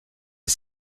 est